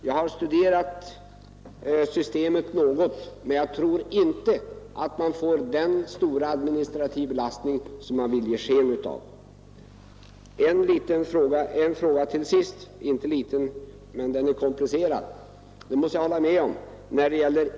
Jag har studerat systemet något, och jag tror inte att den administrativa belastningen blir så stor som man vill ge sken av. Till sist vill jag beröra en något mer komplicerad fråga.